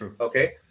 okay